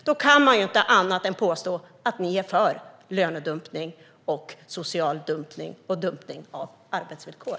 Då kan man inte annat än påstå att ni är för lönedumpning, social dumpning och dumpning av arbetsvillkor.